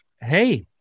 hey